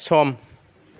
सम